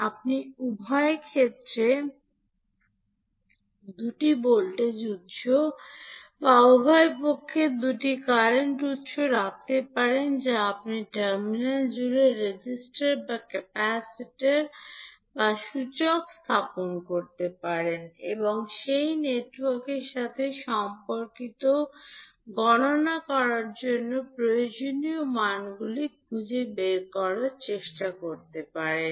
আপনি উভয় পক্ষের দুটি ভোল্টেজ উত্স বা উভয় পক্ষের দুটি কারেন্ট উত্স রাখতে পারেন বা আপনি টার্মিনাল জুড়ে রেজিস্টার বা ক্যাপাসিটার বা সূচক স্থাপন করতে পারেন এবং সেই নেটওয়ার্কের সাথে সম্পর্কিত গণনা করার জন্য প্রয়োজনীয় মানগুলি খুঁজে বের করতে চেষ্টা করতে পারেন